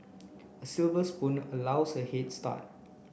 a silver spoon allows a head start